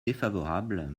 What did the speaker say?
défavorable